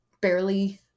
barely